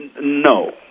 No